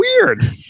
weird